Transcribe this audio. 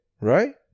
right